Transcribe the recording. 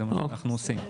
זה מה שאנחנו עושים.